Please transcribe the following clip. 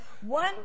one